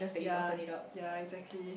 yea yea exactly